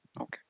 Okay